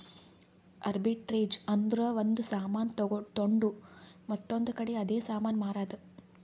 arbitrage ಅಂದುರ್ ಒಂದ್ ಸಾಮಾನ್ ತೊಂಡು ಮತ್ತೊಂದ್ ಕಡಿ ಅದೇ ಸಾಮಾನ್ ಮಾರಾದ್